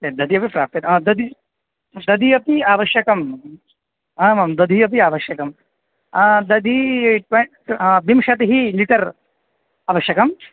यत् दधिः वा प्राप्यते दधिः दधिः अपि आवश्यकम् आमां दधिः अपि आवश्यकं दधिः ट्वेंट् विंशतिः लिटर् आवश्यकम्